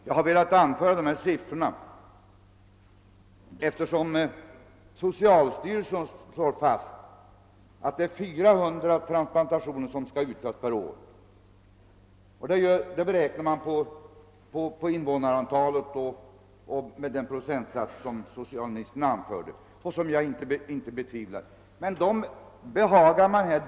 : Jag har velat anföra dessa siffror därför att socialstyrelsen slår fast att det är 400 sådana transplantationer som skall utföras per år i vårt land. Denna beräkning har gjorts med hänsyn till invånarantalet och på grundval av den procentsats, som socialministern .anförde och som jag inte heller:ifrågasätter. Man har emellertid behagat.